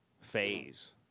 phase